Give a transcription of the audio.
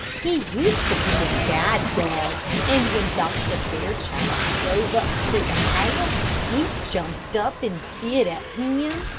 he used to be a bad dog, and when dr. fairchild drove up to the house he jumped up and bit at him.